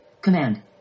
Command